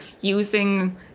using